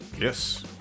yes